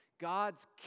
God's